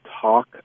talk